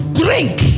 drink